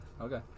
okay